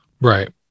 Right